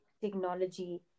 technology